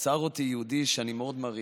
עצר אותי יהודי שאני מאוד מעריך,